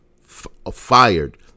fired